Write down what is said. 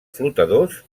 flotadors